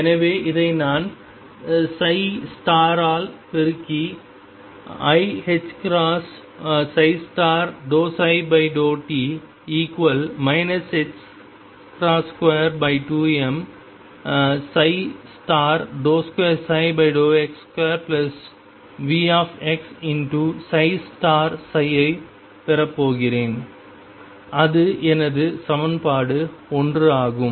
எனவே இதை நான் ஆல் பெருக்கி iℏ∂ψ∂t 22m2x2Vx ஐப் பெறப் போகிறேன் அது எனது சமன்பாடு 1 ஆகும்